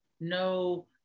No